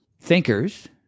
thinkers